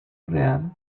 real